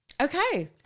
Okay